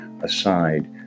aside